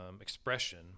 expression